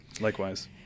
Likewise